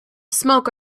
smoke